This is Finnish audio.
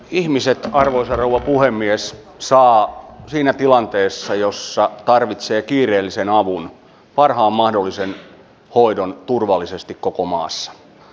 ihmiset arvoisa rouva puhemies saavat siinä tilanteessa jossa tarvitsevat kiireellisen avun parhaan mahdollisen hoidon turvallisesti koko maassa